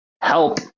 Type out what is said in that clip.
help